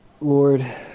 Lord